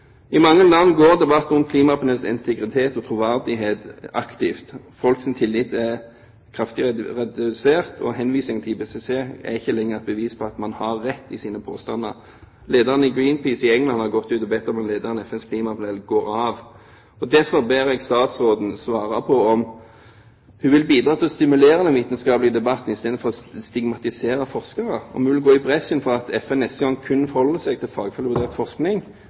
I mange land går debatten om klimapanelets integritet og troverdighet aktivt. Folks tillit er kraftig redusert, og henvisning til IPCC er ikke lenger et bevis på at man har rett i sine påstander. Lederen i Greenpeace i England har gått ut og bedt om at lederen i FNs klimapanel går av. Derfor ber jeg statsråden svare på om hun vil bidra til å stimulere den vitenskapelige debatten istedenfor å stigmatisere forskere, om hun vil gå i bresjen for at FN neste gang kun forholder seg til